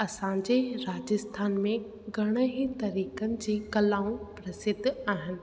असांजे राजस्थान में घणेई तरीक़नि जी कलाऊं प्रसिद्ध आहिनि